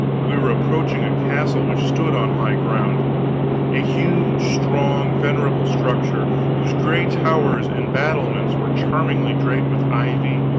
we were approaching a castle which stood on high ground a huge, strong, venerable structure, whose gray towers and battlements were charmingly draped with ivy,